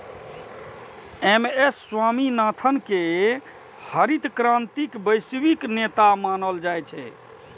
M S Swaminathan कें हरित क्रांतिक वैश्विक नेता मानल जाइ छै